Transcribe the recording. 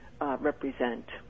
represent